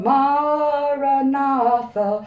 Maranatha